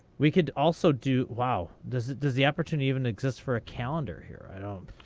we could also do wow. does does the opportunity even exist for a calendar here? i don't